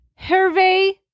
Hervé